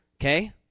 okay